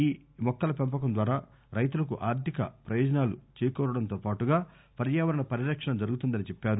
ఈ మొక్కల పెంపకం ద్వారా రైతులకు ఆర్ధిక ప్రయోజనాలు చేకూరడంతోపాటుగా పర్యావరణ పరిరక్షణ జరుగుతుందని చెప్పారు